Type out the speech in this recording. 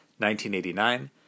1989